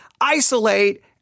isolate